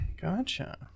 Gotcha